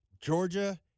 Georgia